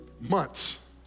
months